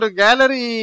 gallery